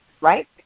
right